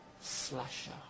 slasher